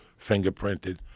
fingerprinted